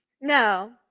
No